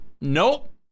Nope